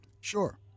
Sure